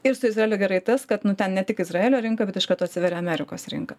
ir su izraeliu gerai tas kad nu ten ne tik izraelio rinka bet iš karto atsiveria amerikos rinka